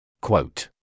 Quote